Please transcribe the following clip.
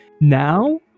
now